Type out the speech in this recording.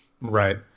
Right